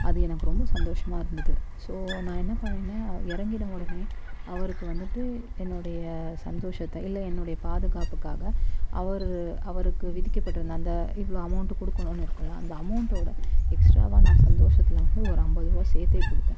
அது எனக்கு ரொம்ப சந்தோஷமாக இருந்தது ஸோ நான் என்ன பண்ணுணேனா இறங்கின்ன உடனே அவருக்கு வந்துட்டு என்னுடைய சந்தோஷத்தை இல்லை என்னுடைய பாதுகாப்புக்காக அவர் அவருக்கு விதிக்கப்பட்ருந்த அந்த இவ்வளோ அமௌண்டு கொடுக்கணுனு இருக்கும்ல அந்த அமௌண்டோடய எக்ஸ்ட்ராவாக நான் சந்தோஷத்தில் வந்து ஒரு ஐம்பது ரூபா சேர்த்தே கொடுத்தேன்